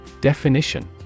Definition